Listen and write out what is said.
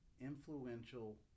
influential